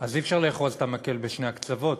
אז אי-אפשר לאחוז את המקל בשני הקצוות,